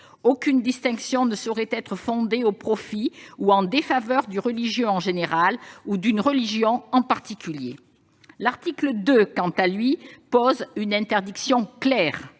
aucune distinction ne saurait être fondée au profit ou en défaveur du religieux en général, ou d'une religion en particulier. L'article 2, quant à lui, pose une interdiction claire